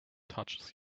touches